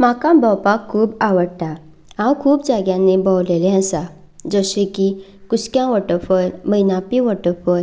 म्हाका भोंवपाक खूब आवडटा हांव खूब जाग्यांनी भोविल्लें आसा जशें की कुसकें वॉटरफॉल मैनापी वॉटरफॉल